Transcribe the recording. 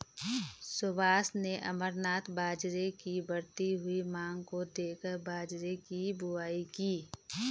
सुभाष ने अमरनाथ बाजरे की बढ़ती हुई मांग को देखकर बाजरे की बुवाई की